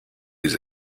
les